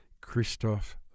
Christoph